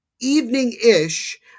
evening-ish